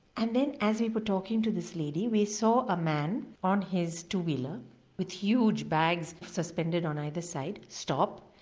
and then as we were talking to this lady we saw a man on his two wheeler with huge bags suspended on either side stop,